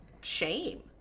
shame